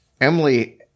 Emily